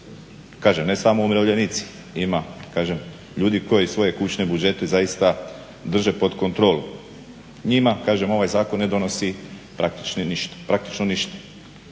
Kažem ne samo umirovljenici, ima kažem ljudi koji svoje kućne budžete zaista drže pod kontrolom. Njima kažem ovaj zakon ne donosi praktično ništa.